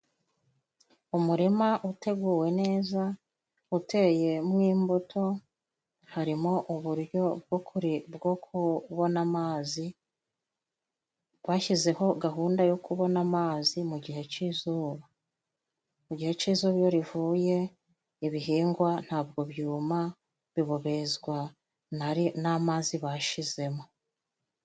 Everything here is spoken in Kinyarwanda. Umurima uteguwe neza uteyemo imbuto harimo uburyo bwo kubona amazi, bashyizeho gahunda yo kubona amazi mu gihe c'izuba. Mu gihe c'izuba iyo rivuye ibihingwa ntabwo byuma bibobezwa n'amazi bashizemo.